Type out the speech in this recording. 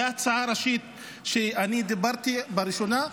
זו ההצעה הראשית שבה דיברתי בראשונה,